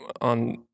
on